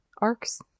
arcs